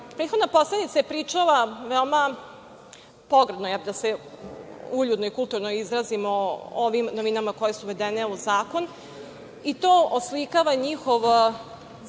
poslanica je pričala veoma pogrdno, da se uljudno i kulturno izrazim o ovim novinama koje su uvedene u zakon i to oslikava njihov zaista